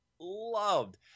loved